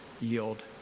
yield